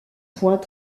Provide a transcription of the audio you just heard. points